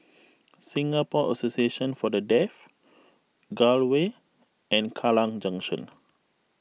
Singapore Association for the Deaf Gul Way and Kallang Junction